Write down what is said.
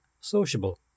Sociable